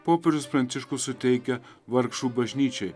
popiežius pranciškus suteikia vargšų bažnyčiai